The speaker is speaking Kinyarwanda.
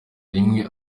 rimwe